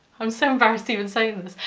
i'm so embarrassed even saying this.